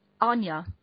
Anya